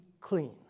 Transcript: clean